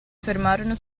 fermarono